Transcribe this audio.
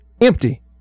empty